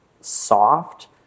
soft